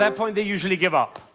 um point, they usually give up.